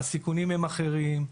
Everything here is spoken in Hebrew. כי הסיכונים הם אחרים,